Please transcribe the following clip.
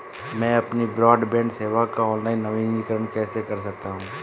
मैं अपनी ब्रॉडबैंड सेवा का ऑनलाइन नवीनीकरण कैसे कर सकता हूं?